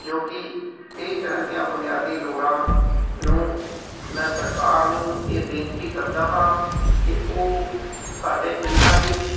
ਜੋ ਕਿ ਕਈ ਤਰ੍ਹਾਂ ਦੀਆਂ ਬੁਨਿਆਦੀ ਲੋੜਾਂ ਨੂੰ ਮੈਂ ਸਰਕਾਰ ਨੂੰ ਇਹ ਬੇਨਤੀ ਕਰਦਾ ਹਾਂ ਕਿ ਉਹ ਸਾਡੇ ਪਿੰਡਾਂ ਵਿੱਚ